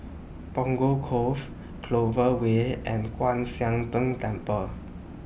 Punggol Cove Clover Way and Kwan Siang Tng Temple